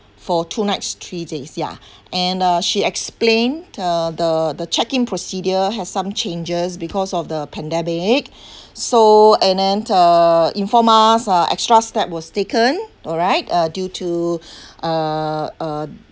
for two nights three days ya and uh she explain uh the the check-in procedure has some changes because of the pandemic so and then uh inform us ah extra step was taken alright uh due to uh uh